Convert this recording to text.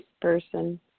person